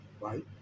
right